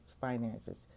finances